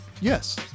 Yes